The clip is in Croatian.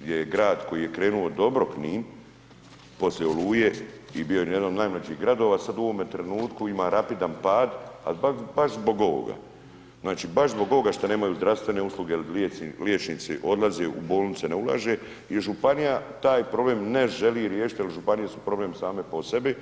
gdje je grad koji je krenuo dobro Knin, poslije Oluje i bio je jedan od najmlađih gradova sad u ovome trenutku ima rapidan pad ali baš zbog ovoga, znači baš zbog ovoga što nemaju zdravstvene usluge jer liječnici odlaze u bolnice, ne ulaže i županija taj problem ne želi riješiti jer županije su problem same po sebi.